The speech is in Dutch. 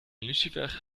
lucifer